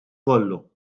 kollu